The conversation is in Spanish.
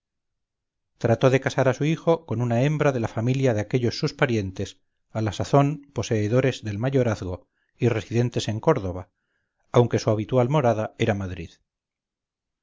trató de casar a su hijo con una hembra de la familia de aquellos sus parientes a la sazón poseedores del mayorazgo y residentes en córdoba aunque su habitual morada era madrid